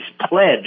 pledge